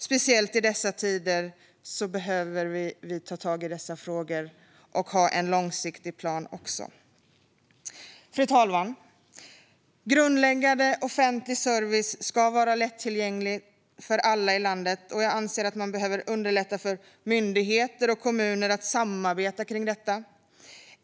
Särskilt i dessa tider behöver vi ta tag i dessa frågor, men vi behöver också ha en långsiktig plan. Fru talman! Grundläggande offentlig service ska vara lättillgänglig för alla i landet, och jag anser att man behöver underlätta för myndigheter och kommuner att samarbeta kring detta.